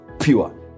pure